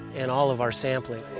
in all of our sampling.